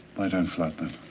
lie down flat then.